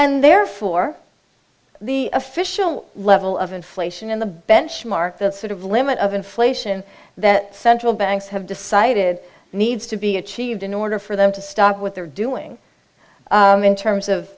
and therefore the official level of inflation in the benchmark the sort of limit of inflation that central banks have decided needs to be achieved in order for them to stop what they're doing in terms of